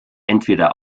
entweder